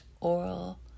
oral